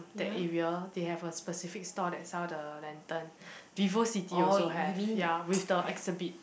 that area they have a specific store that sell the lantern Vivocity also have ya with the exhibit